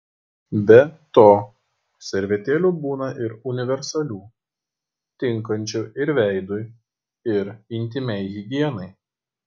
be to servetėlių būna ir universalių tinkančių ir veidui ir intymiai higienai